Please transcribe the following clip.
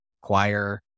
choir